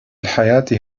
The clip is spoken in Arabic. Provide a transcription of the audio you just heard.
الحياة